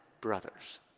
brothers